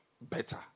better